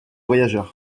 voyageurs